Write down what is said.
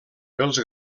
els